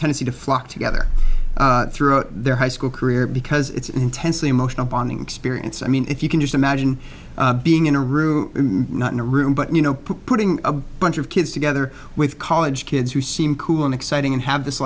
tendency to flock to get through their high school career because it's an intensely emotional bonding experience i mean if you can just imagine being in a room not in a room but you know putting a bunch of kids together with college kids who seem cool and exciting and have this